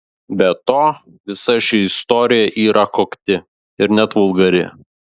be to visa ši istorija yra kokti ir net vulgari